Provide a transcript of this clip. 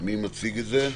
מי מציג את זה?